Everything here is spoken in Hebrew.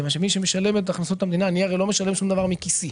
כיוון שמי שמשלם את הכנסות המדינה הרי אני לא משלם שום דבר מכיסי.